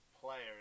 players